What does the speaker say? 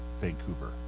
Vancouver